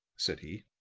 said he.